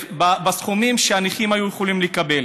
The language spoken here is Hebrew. שפגעו בסכומים שהנכים היו יכולים לקבל: